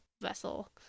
vessel